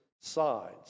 sides